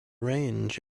range